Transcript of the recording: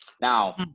Now